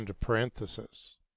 parenthesis